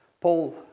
Paul